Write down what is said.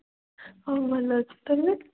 ହଁ ଭଲ ଅଛି ତୁମେ